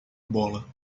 bola